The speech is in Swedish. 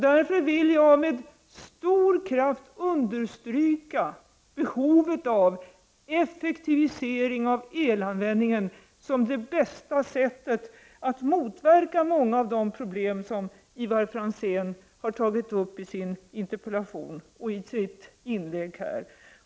Jag vill därför med stor kraft understryka att en effektivisering av elanvändningen är det bästa sättet att motverka många av de problem som Ivar Franzén har tagit upp i sin interpellation och i sitt inlägg.